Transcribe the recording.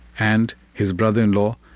and his brother-in-law,